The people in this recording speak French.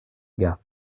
gars